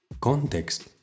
context